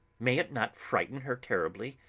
may it not frighten her terribly?